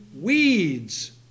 Weeds